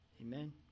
Amen